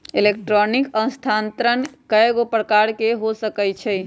electronic स्थानान्तरण कएगो प्रकार के हो सकइ छै